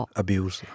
abuse